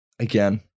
Again